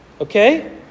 Okay